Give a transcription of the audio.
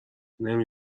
نمی